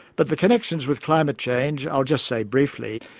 but the connections with climate change, i'll just say briefly,